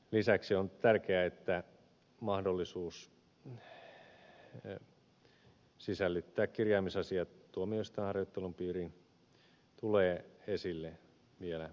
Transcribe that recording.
lisäksi on tärkeää että mahdollisuus sisällyttää kirjaamisasiat tuomioistuinharjoittelun piiriin tulee esille vielä myöhemmin